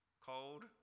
Cold